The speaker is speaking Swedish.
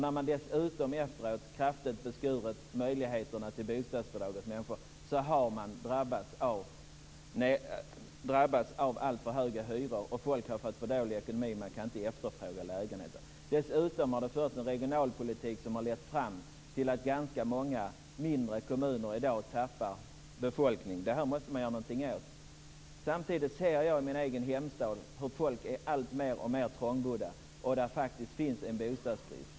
När möjligheterna för människor att få bostadsbidrag dessutom efteråt kraftigt beskurits har man drabbats av alltför höga hyror. Och människor har fått för dålig ekonomi, de kan inte efterfråga lägenheter. Dessutom har det förts en regionalpolitik som har lett fram till att ganska många mindre kommuner i dag tappar befolkning. Det måste man göra någonting åt. Samtidigt ser jag i min egen hemstad att folk blir mer och mer trångbodda. Det finns faktiskt en bostadsbrist.